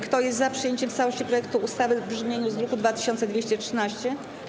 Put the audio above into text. Kto jest za przyjęciem w całości projektu ustawy w brzmieniu z druku nr 2213?